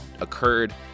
occurred